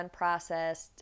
unprocessed